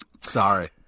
Sorry